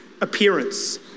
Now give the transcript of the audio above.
appearance